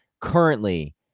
currently